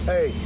Hey